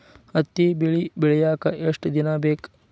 ಹತ್ತಿ ಬೆಳಿ ಬೆಳಿಯಾಕ್ ಎಷ್ಟ ದಿನ ಬೇಕ್?